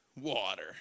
water